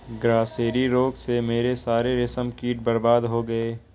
grasserie रोग से मेरे सारे रेशम कीट बर्बाद हो गए